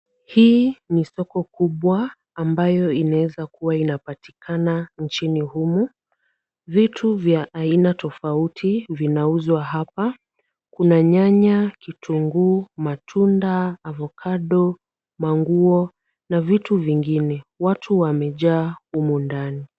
Hii ni soko kubwa ambayo inaweza kuwa inapatikana nchini humu. Vitu vya aina tofauti vinauzwa hapa. Kuna nyanya, kitunguu, matunda, avocado , manguo na vitu vingine. Watu wamejaa humu ndani.